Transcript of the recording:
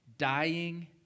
Dying